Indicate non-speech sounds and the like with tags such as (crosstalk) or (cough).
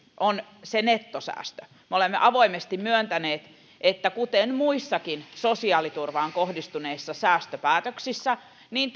on se nettosäästö me olemme avoimesti myöntäneet että kuten muissakin sosiaaliturvaan kohdistuneissa säästöpäätöksissä niin (unintelligible)